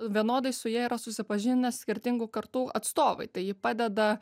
vienodai su ja yra susipažinę skirtingų kartų atstovai tai ji padeda